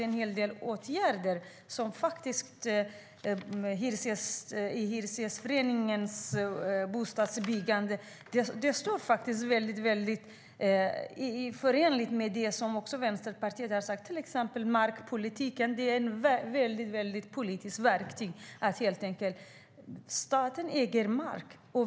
En hel del åtgärder har Hyresgästföreningen talat om, och det är förenligt med vad Vänsterpartiet har sagt, till exempel att markpolitiken är ett verktyg. Staten äger mark.